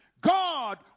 God